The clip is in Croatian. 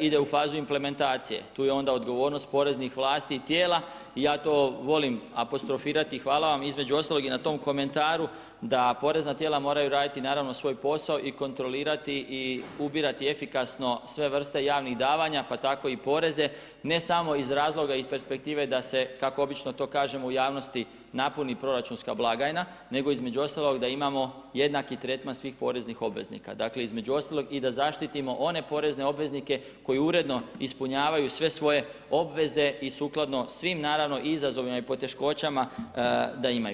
ide u fazu implementacije tu je onda odgovornost poreznih vlasti i tijela i ja to volim apostrofirati, hvala vam između ostalog i na tom komentaru da porezna tijela moraju raditi naravno svoj posao i kontrolirati i ubirati efikasno sve vrste javnih davanja pa tako i poreze, ne samo iz razloga i perspektive kako obično to kažemo u javnosti napuni proračunska blagajna, nego između ostaloga da imamo jednaki tretman svih poreznih obveznika, dakle između ostalog i da zaštitimo one porezne obveznike koji uredno ispunjavaju sve svoje obveze i sukladno svim naravno izazovima i poteškoćama da imaju.